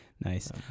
Nice